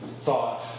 thought